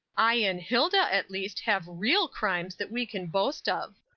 i and hilda at least have real crimes that we can boast of.